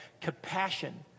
Compassion